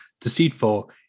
deceitful